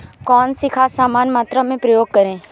कौन सी खाद समान मात्रा में प्रयोग करें?